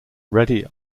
ready